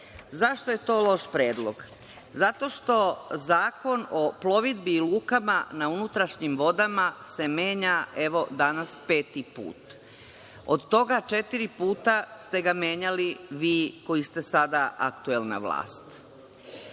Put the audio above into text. je to loš predlog? Zato što Zakon o plovidbi i lukama na unutrašnjim vodama se menja, evo danas, peti put. Od toga četiri puta ste ga menjali vi koji ste sada aktuelna vlast.